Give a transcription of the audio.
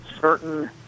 certain